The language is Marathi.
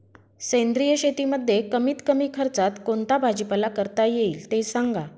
सेंद्रिय शेतीमध्ये कमीत कमी खर्चात कोणता भाजीपाला करता येईल ते सांगा